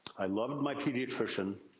i loved my pediatrician.